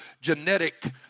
genetic